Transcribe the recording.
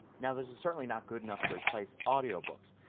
now this is certainly not good enough to replace audiobooks.